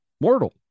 mortal